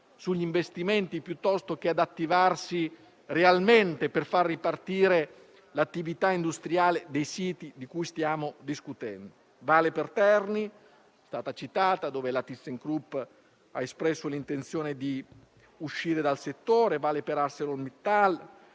sugli investimenti, che ad attivarsi realmente per far ripartire l'attività industriale dei siti di cui stiamo discutendo. Ciò vale sia per Terni (che è stata citata e dove la ThyssenKrupp ha espresso l'intenzione di uscire dal settore), che per ArcelorMittal,